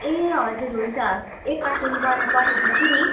ए हजुर हुन्छ एक कार्टुन भरे पठाइदिन्छु नि